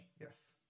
Yes